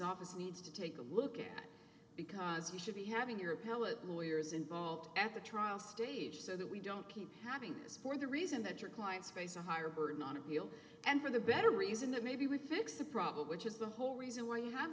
office needs to take a look at because you should be having your appellate lawyers involved at the trial stage so that we don't keep having this for the reason that your clients face a higher burden on appeal and for the better reason that maybe we fixed the problem which is the whole reason why you have